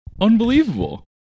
Unbelievable